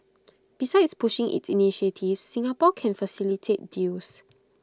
besides pushing its initiatives Singapore can facilitate deals